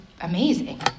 amazing